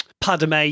Padme